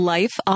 Life